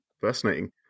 Fascinating